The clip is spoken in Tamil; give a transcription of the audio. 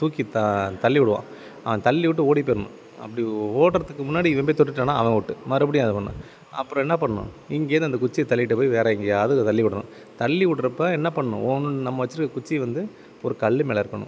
தூக்கி த தள்ளிவிடுவான் அவன் தள்ளிவிட்டு ஓடி போயிடணும் அப்படி ஓடுறதுக்கு முன்னாடி இவன் போய் தொட்டுவிட்டானா அவன் அவுட் மறுபடியும் அது பண்ணணும் அப்பறம் என்ன பண்ணணும் இங்கேயிருந்து அந்த குச்சியை தள்ளிகிட்டு போய் வேறு எங்கேயாவது தள்ளி விடணும் தள்ளிவுட்றப்போ என்ன பண்ணணும் ஒன்று நம்ம வச்சிருக்கிற குச்சியை வந்து ஒரு கல்லுமேலே இருக்கணும்